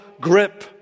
grip